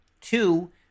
two